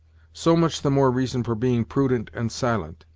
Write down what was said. so much the more reason for being prudent and silent.